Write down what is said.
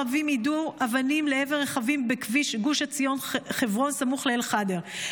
ערבים יידו אבנים לעבר רכבים בכביש גוש עציון חברון סמוך לאל-ח'דר,